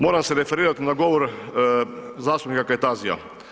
Moram se referirat na govor zastupnika Kajtazija.